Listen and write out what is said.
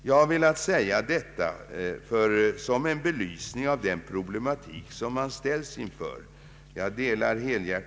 Jag har velat anföra detta för att ge en belysning av den problematik som man ställs inför i sådana här frågor.